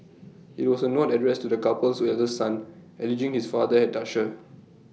IT was A note addressed to the couple's eldest son alleging his father had touched her